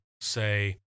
say